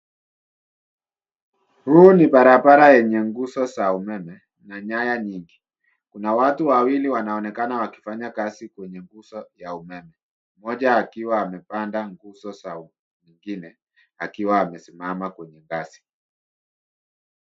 Huu ni barabara yenye nguzo za umeme na nyaya nyingi. Kuna watu wawili wanaonekana wakifanya kazi kwenye nguzo ya umeme, mmoja akiwa amepanda nguzo za umeme mwingine akiwa amesimama kwenye ngazi.